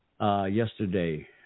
yesterday